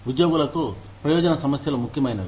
ఉద్యోగులకు ప్రయోజన సమస్యలు ముఖ్యమైనవి